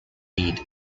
lead